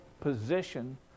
position